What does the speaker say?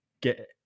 get